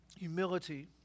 humility